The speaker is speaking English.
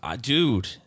Dude